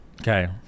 Okay